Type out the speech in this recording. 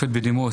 והשופט בדימוס,